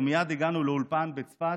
ומייד הגענו לאולפן בצפת,